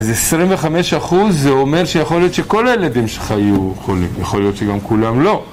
אז 25% זה אומר שיכול להיות שכל הילדים יהיו חולים, יכול להיות שגם כולם לא.